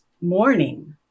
morning